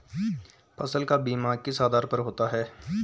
फसल का बीमा किस आधार पर होता है?